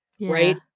right